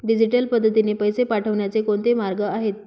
Digital पद्धतीने पैसे पाठवण्याचे कोणते मार्ग आहेत?